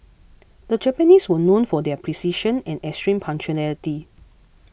the Japanese were known for their precision and extreme punctuality